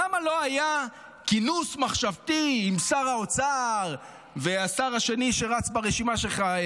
למה לא היה כינוס מחשבתי עם שר האוצר והשר השני שרץ ברשימה שלך,